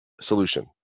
solution